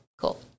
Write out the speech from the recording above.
cool